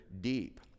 deep